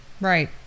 Right